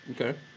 Okay